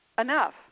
enough